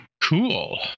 Cool